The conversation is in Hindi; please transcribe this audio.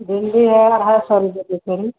भिन्डी है अढ़ाई सौ रुपये पसेरी